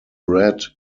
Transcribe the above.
brad